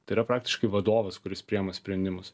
tai yra praktiškai vadovas kuris priema sprendimus